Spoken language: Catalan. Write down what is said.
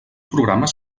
programes